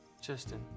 Justin